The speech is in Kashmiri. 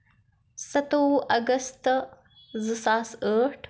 سَتووُہ اَگست زٕ ساس ٲٹھ